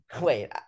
Wait